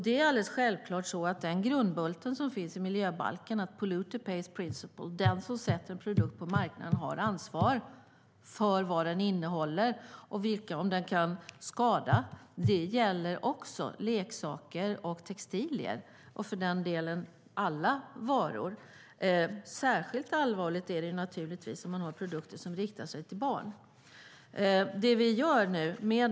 Det är alldeles självklart så att den grundbult som finns i miljöbalken, polluter pays principle, det vill säga att den som sätter en produkt på marknaden har ansvar för vad den innehåller och vilka skador den kan ge, även gäller för leksaker och textilier - och för den delen alla varor. Särskilt allvarligt är det naturligtvis när det gäller produkter som riktar sig till barn.